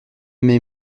mai